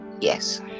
Yes